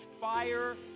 fire